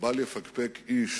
בל יפקפק איש